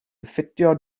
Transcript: ffitio